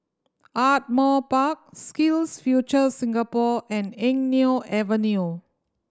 Ardmore Park SkillsFuture Singapore and Eng Neo Avenue